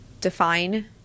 Define